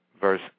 verse